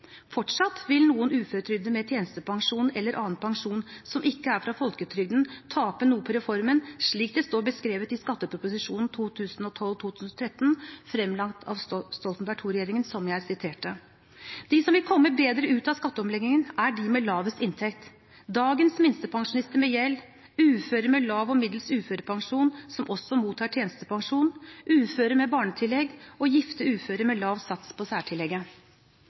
Fortsatt vil noen uføretrygdede med tjenestepensjon eller annen pensjon som ikke er fra folketrygden, tape noe på reformen, slik det står beskrevet i Prop.1 LS for 2012–2013, fremlagt av Stoltenberg II-regjeringen, som jeg siterte fra. De som vil komme bedre ut av skatteomleggingen, er de med lavest inntekt: dagens minstepensjonister med gjeld, uføre med lav og middels uførepensjon som også mottar tjenestepensjon, uføre med barnetillegg og gifte uføre med lav sats på særtillegget.